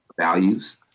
Values